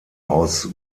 aus